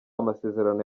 amasezerano